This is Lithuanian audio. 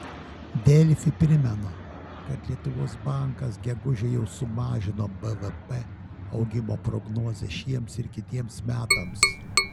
delfi primena kad lietuvos bankas gegužę jau sumažino bvp augimo prognozę šiems ir kitiems metams